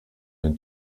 den